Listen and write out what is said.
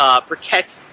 protect